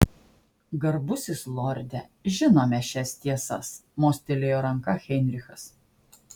garbusis lorde žinome šias tiesas mostelėjo ranka heinrichas